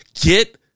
Get